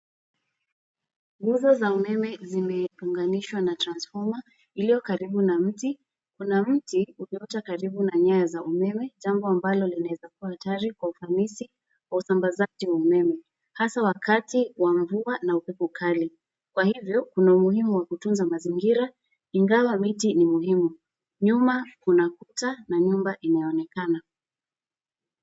Nyuso za umeme zimeunganishwa na transformer iliyo karibu na mti. Kuna mti umepita karibu na nyaya za umeme jambo ambalo linaweza kuwa hatari kwa ufanisi wa usambazaji wa umeme hasa wakati wa mvua na upepo kali. Kwa hivyo kuna umuhimu wa kutunza mazingira ingawa miti ni muhimu nyuma kuna kuta na nyumba inaonekana.